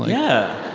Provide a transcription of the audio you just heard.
yeah.